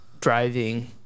driving –